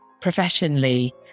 professionally